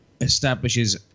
establishes